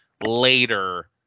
later